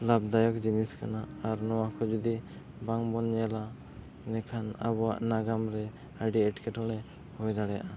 ᱞᱟᱵᱷᱫᱟᱭᱚᱠ ᱡᱤᱱᱤᱥ ᱠᱟᱱᱟ ᱟᱨ ᱱᱚᱣᱟ ᱠᱚ ᱡᱩᱫᱤ ᱵᱟᱝᱵᱚᱱ ᱧᱮᱞᱟ ᱤᱱᱟᱹᱠᱷᱟᱱ ᱟᱵᱚᱣᱟᱜ ᱱᱟᱜᱟᱢᱨᱮ ᱟᱹᱰᱤ ᱮᱴᱠᱮᱴᱚᱬᱮ ᱦᱩᱭ ᱫᱟᱲᱮᱭᱟᱜᱼᱟ